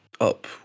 up